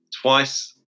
twice